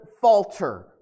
falter